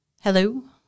Hello